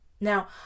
now